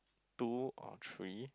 two or three